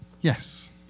Yes